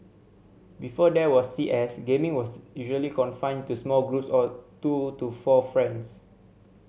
before there was C S gaming was usually confined to small groups of two to four friends